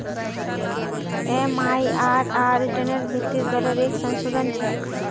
MIRR रिटर्नेर भीतरी दरेर एक संशोधन छे